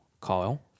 Kyle